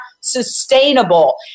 sustainable